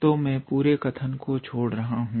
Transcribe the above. तो मैं पूरे कथन को छोड़ रहा हूं